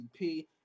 CP